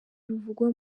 ruvugwa